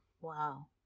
Wow